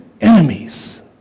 enemies